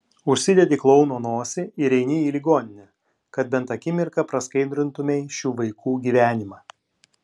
užsidedi klouno nosį ir eini į ligoninę kad bent akimirką praskaidrintumei šių vaikų gyvenimą